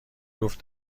جفت